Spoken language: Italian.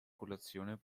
colazione